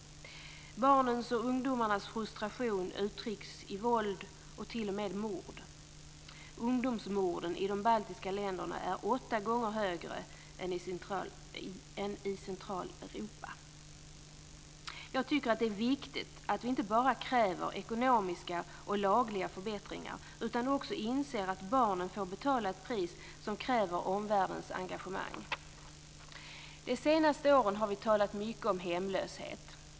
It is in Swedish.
Barnens och ungdomarnas frustration uttrycks i våld och t.o.m. mord. Ungdomsmorden i de baltiska länderna är åtta gånger fler än i Centraleuropa. Jag tycker att det är viktigt att vi inte bara kräver ekonomiska och lagliga förbättringar utan också inser att barnen får betala ett pris som kräver omvärldens engagemang. De senaste åren har vi talat mycket om hemlöshet.